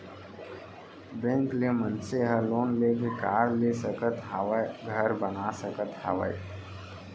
bank ले मनसे ह लोन लेके कार ले सकत हावय, घर बना सकत हावय